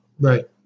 Right